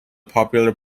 popular